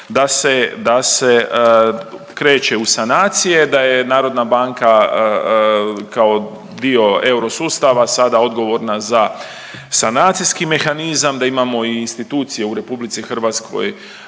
da se kreće u sanacije, da je Narodna banka kao dio euro sustava sada odgovorna za sanacijski mehanizam, da imamo i institucije u Republici Hrvatskoj